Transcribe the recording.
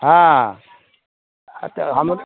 हँ आओर तऽ हम